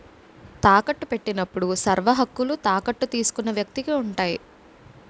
తాకట్టు పెట్టినప్పుడు సర్వహక్కులు తాకట్టు తీసుకున్న వ్యక్తికి ఉంటాయి